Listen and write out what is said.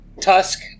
Tusk